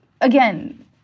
again